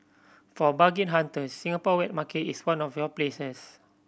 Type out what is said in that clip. for bargain hunters Singapore wet market is one of your places